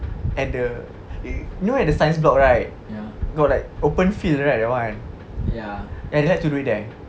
at the you know at the science block right got like open field right ya that [one] and that to do there